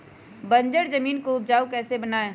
बंजर जमीन को उपजाऊ कैसे बनाय?